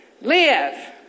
Live